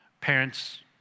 Parents